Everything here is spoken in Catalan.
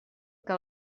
que